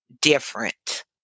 different